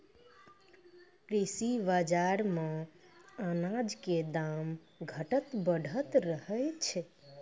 कृषि बाजार मॅ अनाज के दाम घटतॅ बढ़तॅ रहै छै